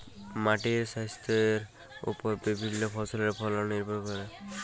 মাটির স্বাইস্থ্যের উপর বিভিল্য ফসলের ফলল লির্ভর ক্যরে